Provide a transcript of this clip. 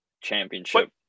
championship